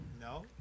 No